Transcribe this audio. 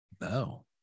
No